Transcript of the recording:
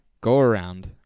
go-around